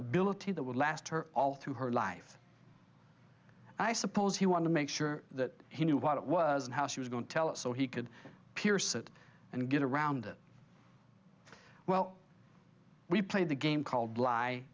ability that would last her all through her life i suppose he wanted to make sure that he knew what it was and how she was going to tell it so he could pierce it and get around it well we played the game called